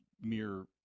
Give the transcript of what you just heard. mere